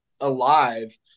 alive